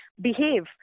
behave